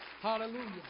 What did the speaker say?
hallelujah